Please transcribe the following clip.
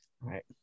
Right